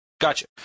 Gotcha